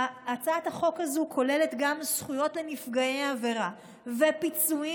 הצעת החוק הזו כוללת גם זכויות לנפגעי עבירה ופיצויים,